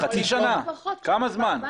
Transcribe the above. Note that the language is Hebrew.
כמה זמן?